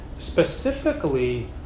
Specifically